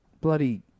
bloody